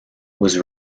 was